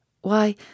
Why